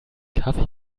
kaffee